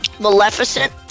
maleficent